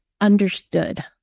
understood